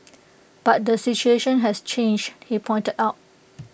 but the situation has changed he pointed out